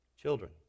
Children